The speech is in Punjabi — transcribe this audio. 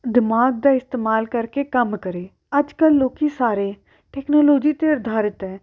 ਦਿਮਾਗ਼ ਦਾ ਇਸਤੇਮਾਲ ਕਰਕੇ ਕੰਮ ਕਰੇ ਅੱਜ ਕੱਲ੍ਹ ਲੋਕ ਸਾਰੇ ਟੈਕਨੋਲੋਜੀ 'ਤੇ ਆਧਾਰਿਤ ਹੈ